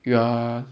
you're